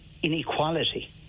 inequality